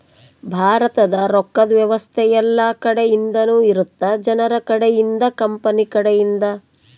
ಭಾರತದ ರೊಕ್ಕದ್ ವ್ಯವಸ್ತೆ ಯೆಲ್ಲ ಕಡೆ ಇಂದನು ಇರುತ್ತ ಜನರ ಕಡೆ ಇಂದ ಕಂಪನಿ ಕಡೆ ಇಂದ